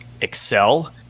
excel